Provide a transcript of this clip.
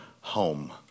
home